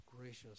gracious